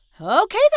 Okay